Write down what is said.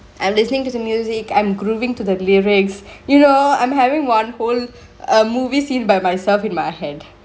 I'm listeningk to music I'm groovingk to the lyrics you know I'm havingk one whole err movie scene by myself in my head